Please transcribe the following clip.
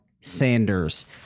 Sanders